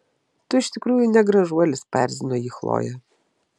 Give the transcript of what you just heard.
tu iš tikrųjų ne gražuolis paerzino jį chlojė